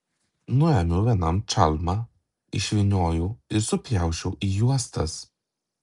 nuėmiau vienam čalmą išvyniojau ir supjausčiau į juostas